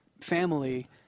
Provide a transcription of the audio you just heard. family